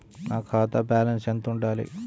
నా ఖాతా బ్యాలెన్స్ ఎంత ఉండాలి?